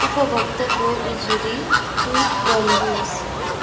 उपभोक्ताको उजुरी ट्विट गर्नुहोस्